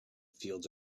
fields